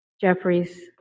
Jeffries